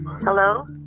Hello